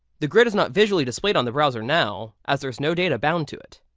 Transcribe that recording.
the grid is not visually displayed on the browser now as there is no data bound to it.